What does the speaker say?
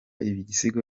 ibisigo